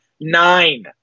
Nine